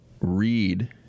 read